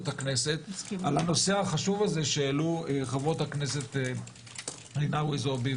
הכנסת על הנושא החשוב שהעלו החברות רינאווי זועבי